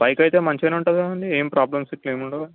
bike అయితే మంచిగా నే ఉంటుంది కదండి ఏం ప్రాబ్లమ్స్ ఇట్లా ఏం ఉండవు కదా